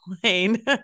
plane